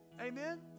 amen